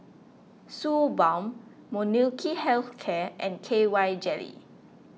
Suu Balm Molnylcke Health Care and K Y Jelly